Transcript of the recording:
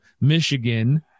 Michigan